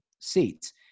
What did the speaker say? seats